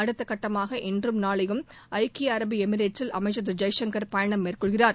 அடுத்த கட்டமாக இன்றும் நாளையும் ஐக்கிய அரபு எமிரேட்ஸில் அமைச்சர் திரு ஜெய்சங்கர் பயணம் மேற்கொள்கிறார்